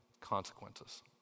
consequences